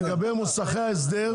לגבי מוסכי ההסדר,